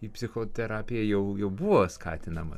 į psichoterapiją jau jau buvo skatinama